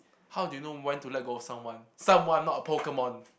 how do you know when to let go of someone someone not a Pokemon